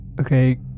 Okay